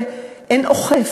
ואין אוכף.